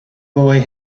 boy